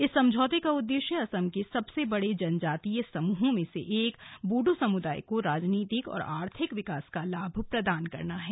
इस समझौते का उद्देश्य असम के सबसे बड़े जनजातीय समूहों में से एक बोडो समुदाय को राजनीतिक और आर्थिक विकास का लाभ प्रदान करना है